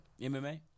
MMA